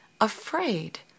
afraid